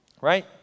right